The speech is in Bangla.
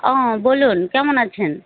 ও বলুন কেমন আছেন